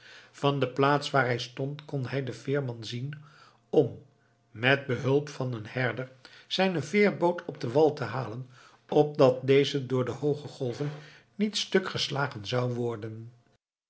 van de plaats waar hij stond kon hij den veerman bezig zien om met behulp van een herder zijne veerboot op den wal te halen opdat deze door de hooge golven niet stuk geslagen zou worden